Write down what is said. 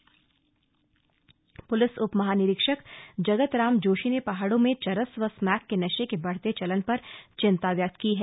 DIG दौरा पुलिस उप महानिरीक्षक जगत राम जोशी ने पहाड़ो में चरस व स्मैक के नशे के बढ़ते चलन पर चिंता व्यक्त की है